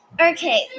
Okay